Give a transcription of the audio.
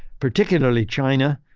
particularly china,